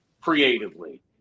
creatively